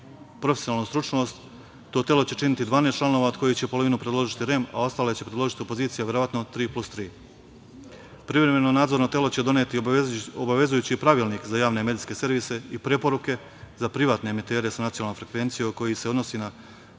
profesionalnu stručnost. To telo će činiti 12 članova, od kojih će polovinu predložiti REM, a ostale će predložiti opozicija, verovatno 3+3. Privremeno nadzorno telo će doneti obavezujući pravilnik za javne medijske servise i preporuke za privatne emitere sa nacionalnom frekvencijom, a koji se odnosi na